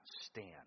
stand